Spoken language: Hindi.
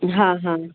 हाँ हाँ